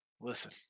Listen